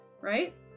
Right